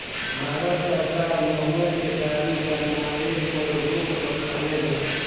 भारत सरकार महुवा से दारू बनावे पर रोक रखले बा